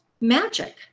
magic